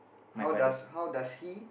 how does how does he